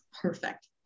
perfect